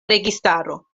registaro